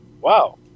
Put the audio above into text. wow